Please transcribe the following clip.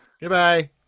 goodbye